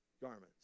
garments